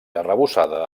arrebossada